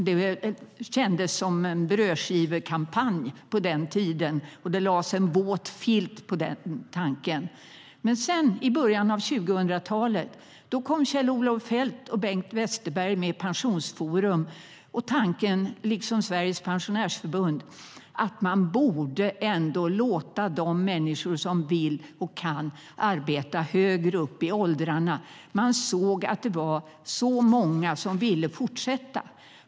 Det kändes som en brödskivekampanj på den tiden, och det lades en våt filt över den tanken. Men i början av 2000-talet kom Kjell-Olof Feldt och Bengt Westerberg med Pensionsforum och tanken - liksom Sveriges Pensionärsförbunds tanke - att man ändå borde låta de människor som vill och kan arbeta högre upp i åldrarna. Man såg att det var många som ville fortsätta.